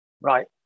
Right